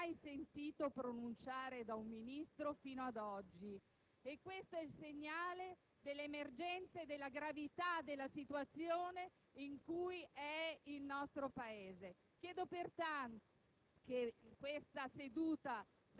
è indubitabile che in questo momento ci troviamo di fronte ad una grave emergenza e ad una grave crisi istituzionale. Le parole del ministro Mastella, almeno da quanto apprendiamo dalle agenzie,